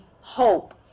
hope